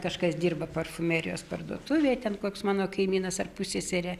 kažkas dirba parfumerijos parduotuvėj ten koks mano kaimynas ar pusseserė